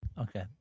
Okay